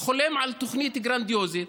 חולם על תוכנית גרנדיוזית